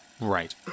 right